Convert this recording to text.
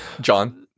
John